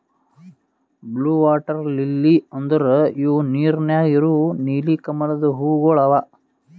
blue water lily ಅಂದುರ್ ಇವು ನೀರ ನ್ಯಾಗ ಇರವು ನೀಲಿ ಕಮಲದ ಹೂವುಗೊಳ್ ಅವಾ